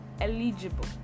eligible